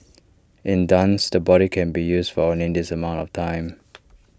in dance the body can be used for only this amount of time